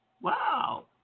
Wow